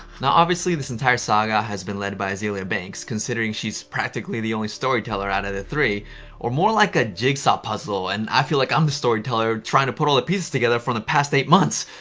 now, obviously, this entire saga has been led by azealia banks considering she's practically the only storyteller out of the three or more like a jigsaw puzzle and i feel like i'm the storyteller trying to put all the pieces together for the past eight months!